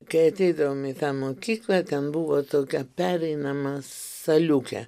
kai ateidavom į tą mokyklą ten buvo tokia pereinama saliukė